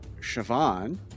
Siobhan